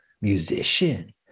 musician